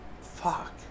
fuck